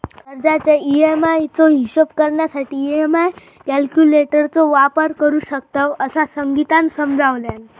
कर्जाच्या ई.एम्.आई चो हिशोब करण्यासाठी ई.एम्.आई कॅल्क्युलेटर चो वापर करू शकतव, असा संगीतानं समजावल्यान